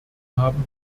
haben